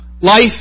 Life